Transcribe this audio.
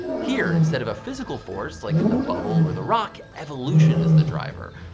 here, instead of a physical force, like in the bubble or the rock, evolution is the driver.